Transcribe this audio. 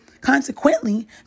Consequently